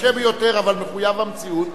קשה ביותר אבל מחויב המציאות,